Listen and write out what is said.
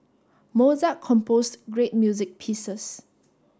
Mozart composed great music pieces